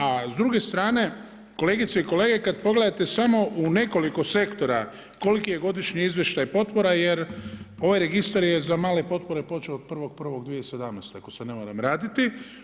A s druge strane, kolegice i kolege kada pogledate samo u nekoliko sektora koliki je godišnji izvještaj potpora, jer ovaj registar je za male potpore počeo od 1.1.2017. ako se ne varam, raditi.